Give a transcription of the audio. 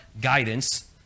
guidance